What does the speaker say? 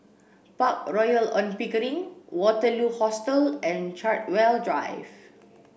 Park Royal On Pickering Waterloo Hostel and Chartwell Drive